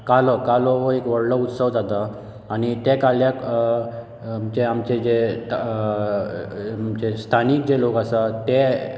कालो कालो एक व्हडलो उत्सव जाता आनी ते काल्याक जे आमचे जे स्थानीक जे लोक आसात ते